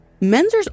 Menzer's